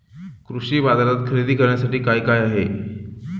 कृषी बाजारात खरेदी करण्यासाठी काय काय आहे?